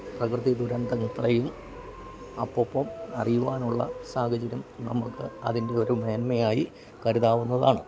പ്രകൃതി ദുരന്തങ്ങളെയും അപ്പപ്പം അറിയുവാൻ ഉള്ള സാഹചര്യം നമുക്ക് അതിൻ്റെ ഒരു മേന്മയായി കരുതാവുന്നതാണ്